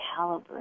calibrate